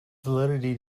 validity